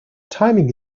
timing